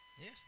Yes